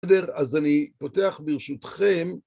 אז אני פותח ברשותכם